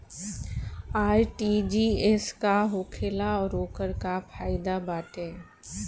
RTGS का होखेला और ओकर का फाइदा बाटे?